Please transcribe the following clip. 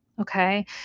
Okay